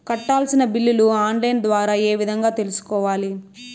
కట్టాల్సిన బిల్లులు online ద్వారా ఏ విధంగా తెలుసుకోవాలి?